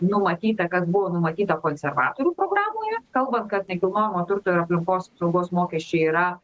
numatyta kas buvo numatyta konservatorių programoje kalbant kad nekilnojamojo turto ir aplinkos apsaugos mokesčiai yra